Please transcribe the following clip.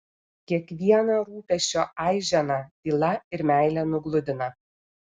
kiekvieną rūpesčio aiženą tyla ir meile nugludina